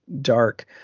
dark